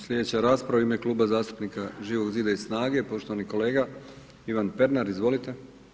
Sljedeća resprava u ime Kluba zastupnika Živog zida i SNAGA-e, poštovani kolega Ivan Pernar, izvolite.